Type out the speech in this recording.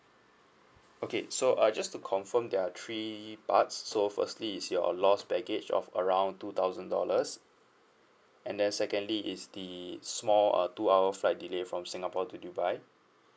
okay so uh just to confirm there are three parts so firstly is your lost baggage of around two thousand dollars and then secondly is the small uh two hour flight delay from singapore to dubai